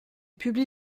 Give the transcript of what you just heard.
publie